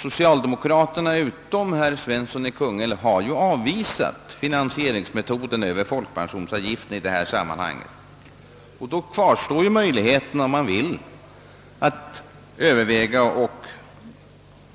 Socialdemokraterna i utskottet har med undantag av herr Svensson i Kungälv avvisat finansieringsmetoden över folkpensionsavgiften. Då kvarstår möjligheten att